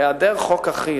להלן תשובות על השאלות שנשאלו: